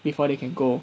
before they can go